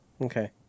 Okay